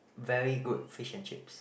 very good fish and chips